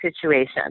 situation